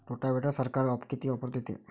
रोटावेटरवर सरकार किती ऑफर देतं?